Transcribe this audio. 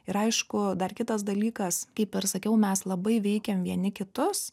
ir aišku dar kitas dalykas kaip ir sakiau mes labai veikiam vieni kitus